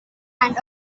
and